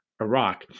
Iraq